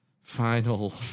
final